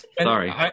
Sorry